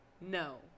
No